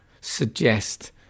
suggest